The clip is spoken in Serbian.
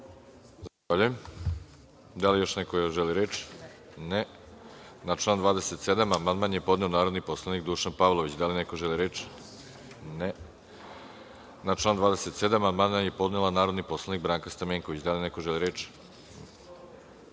Zahvaljujem. Da li još neko želi reč? (Ne)Na član 27. amandman je podneo narodni poslanik Dušan Pavlović. Da li neko želi reč? (Ne)Na član 27. amandman je podnela narodni poslanik Branka Stamenković. Da li neko želi reč?